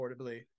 affordably